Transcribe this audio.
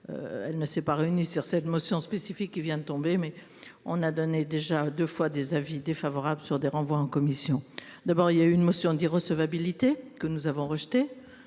Elle ne s'est pas réuni sur cette motion spécifique qui vient de tomber, mais on a donné déjà 2 fois des avis défavorables sur des renvoi en commission d'abord, il y a eu une motion d'irrecevabilité que nous avons rejeté.